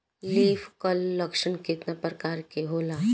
Leaf curl लक्षण केतना परकार के होला?